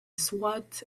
swat